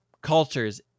cultures